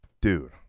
Dude